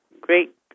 great